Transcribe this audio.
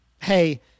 hey